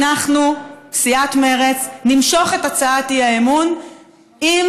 אנחנו בסיעת מרצ נמשוך את הצעת האי-אמון אם